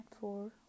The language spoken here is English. four